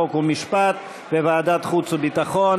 חוק ומשפט וועדת החוץ והביטחון